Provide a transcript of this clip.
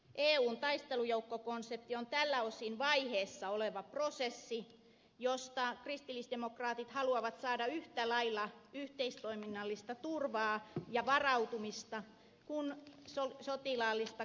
eun taistelujoukkokonsepti on tältä osin vaiheessa oleva prosessi josta kristillisdemokraatit haluavat saada yhtä lailla yhteistoiminnallista turvaa ja varautumista kuin sotilaallista kokemustakin